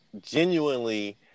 genuinely